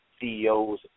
CEOs